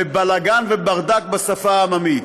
ובלגן וברדק בשפה העממית.